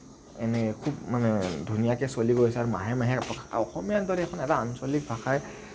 এনে খুব মানে ধুনীয়াকে চলি গৈছে আৰু মাহে মাহে প্ৰকাশ আৰু অসমীয়াৰ দৰে এটা আঞ্চলিক ভাষাই